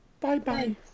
Bye-bye